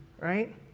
Right